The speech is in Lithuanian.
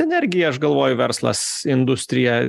energijai aš galvoju verslas industrija